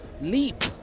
leap